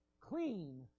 Clean